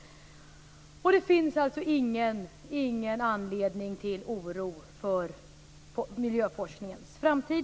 Det finns alltså ingen anledning till oro för miljöforskningens framtid.